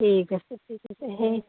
ঠিক আছে ঠিক আছে